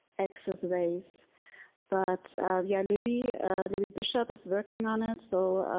axis ways but yeah debbie debbie bishop is working on it so